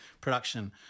production